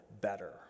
better